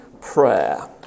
prayer